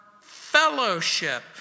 fellowship